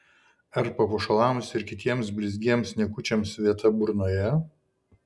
ar papuošalams ir kitiems blizgiems niekučiams vieta burnoje